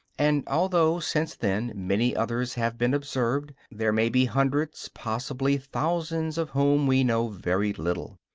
and although since then many others have been observed, there may be hundreds, possibly thousands, of whom we know very little.